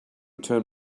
turn